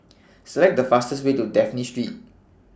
Select The fastest Way to Dafne Street